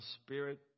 Spirit